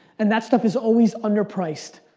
and that stuff is always underpriced.